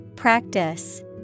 Practice